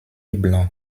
blanc